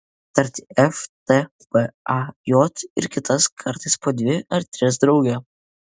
tarti f t b a j ir kitas kartais po dvi ar tris drauge